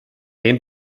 ben